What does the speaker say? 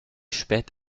spät